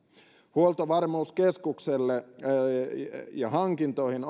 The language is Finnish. huoltovarmuuskeskukselle osoitetaan hankintoihin